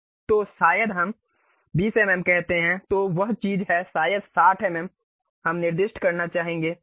तो शायद हम 20 एमएम कहते हैं तो वह चीज है शायद 60 एमएम हम निर्दिष्ट करना चाहेंगे